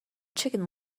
chicken